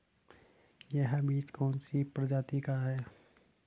यह बीज कौन सी प्रजाति का है?